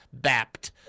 BAPT